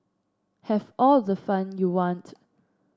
have all the fun you want